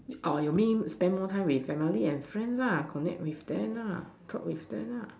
or you mean spend more time with family and friends ah connect with them lah talk with them lah